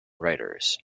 writers